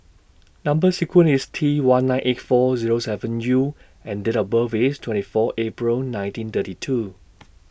Number sequence IS T one nine eight four Zero seven U and Date of birth IS twenty four April nineteen thirty two